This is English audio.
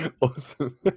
awesome